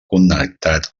connectat